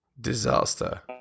Disaster